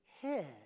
head